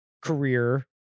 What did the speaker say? career